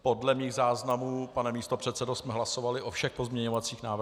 Podle mých záznamů, pane místopředsedo, jsme hlasovali o všech pozměňovacích návrzích.